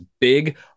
big